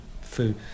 food